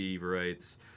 writes